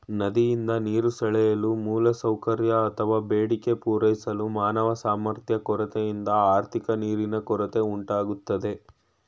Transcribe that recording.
ನದಿಯಿಂದ ನೀರು ಸೆಳೆಯಲು ಮೂಲಸೌಕರ್ಯ ಅತ್ವ ಬೇಡಿಕೆ ಪೂರೈಸಲು ಮಾನವ ಸಾಮರ್ಥ್ಯ ಕೊರತೆಯಿಂದ ಆರ್ಥಿಕ ನೀರಿನ ಕೊರತೆ ಉಂಟಾಗ್ತದೆ